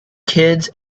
kids